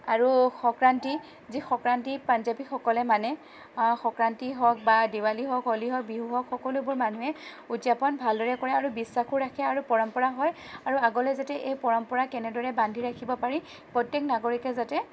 আৰু সংক্ৰান্তি যি সংক্ৰান্তি পাঞ্জাৱীসকলে মানে সংক্ৰান্তি হওঁক বা দেৱালী হওঁক হোলী হওঁক বিহু হওঁক সকলোবোৰ মানুহে উদযাপন ভালদৰে কৰে আৰু বিশ্বাসো ৰাখে আৰু পৰম্পৰা হয় আৰু আগলৈও যাতে এই পৰম্পৰা কেনেদৰে বান্ধি ৰাখিব পাৰি প্ৰত্যেক নাগৰিকে যাতে